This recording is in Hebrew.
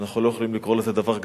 אנחנו לא יכולים לקרוא לזה "דבר גדול".